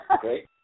great